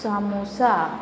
samosa